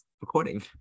recording